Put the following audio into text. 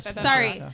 Sorry